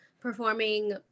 performing